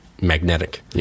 magnetic